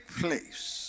place